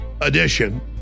edition